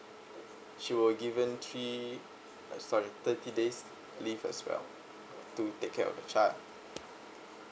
she will given three uh sorry thirty days leave as well to take care of the child